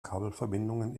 kabelverbindungen